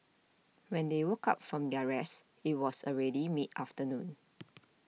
when they woke up from their rest it was already mid afternoon